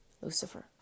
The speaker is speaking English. Lucifer